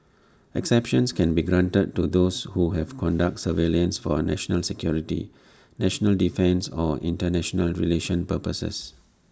exceptions can be granted to those who have conduct surveillance for national security national defence or International relations purposes